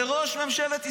זה ראש ממשלת ישראל.